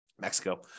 Mexico